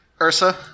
Ursa